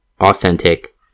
authentic